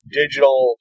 digital